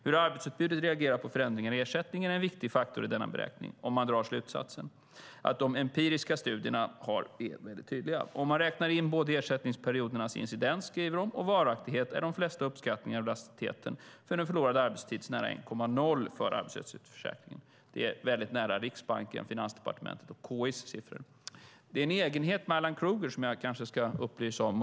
Hur arbetsutbudet reagerar på förändringar i ersättningen är en viktig faktor i denna beräkning. Man drar slutsatsen att de empiriska studierna är väldigt tydliga. Om man räknar in både ersättningsperiodernas incidens och varaktighet är de flesta uppskattningar av elasticiteten för den förlorade arbetstiden nära 1,0 för arbetslöshetsförsäkringen, skriver de. Det är väldigt nära Riksbankens, Finansdepartementets och KI:s siffror. Det är en egenhet med Alan Krueger som jag kanske ska upplysa om.